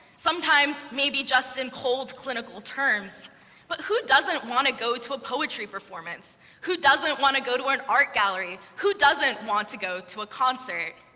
sometimes maybe just in cold, clinical terms but who doesn't want to go to a poetry performance? who doesn't want to go to an art gallery? who doesn't want to go to a concert?